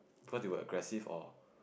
because you were aggressive or